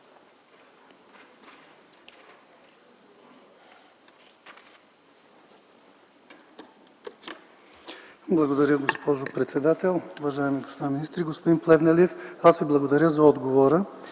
Благодаря, госпожо председател. Уважаеми господа министри, господин Плевнелиев! Аз Ви благодаря за отговора.